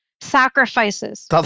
Sacrifices